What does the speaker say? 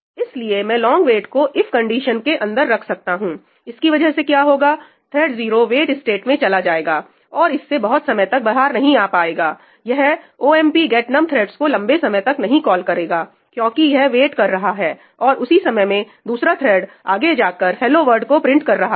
इसलिए मैं long wait को इफ कंडीशन if condition' के अंदर रख सकता हूं इसकी वजह से क्या होगा थ्रेड 0 वेट स्टेट में चला जाएगा और इससे बहुत समय तक बाहर नहीं आ पाएगा यह omp get num threads को लंबे समय तक नहीं कॉल करेगा क्योंकि यह वेट कर रहा है और उसी समय में दूसरा थ्रेड आगे जाकर 'हेलो वर्ड' hello world' को प्रिंट कर रहा है